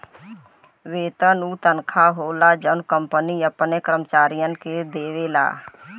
वेतन उ तनखा होला जौन कंपनी अपने कर्मचारियन के देवला